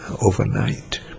overnight